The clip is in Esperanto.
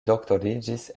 doktoriĝis